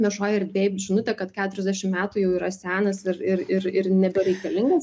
viešojoj erdvėj žinutę kad keturiasdešim metų jau yra senas ir ir ir ir nebereikalingas